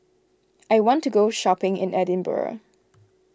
I want to go shopping in Edinburgh